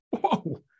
whoa